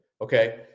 Okay